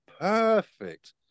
perfect